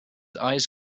eyes